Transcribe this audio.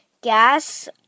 gas